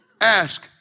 Ask